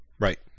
Right